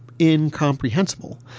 incomprehensible